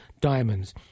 diamonds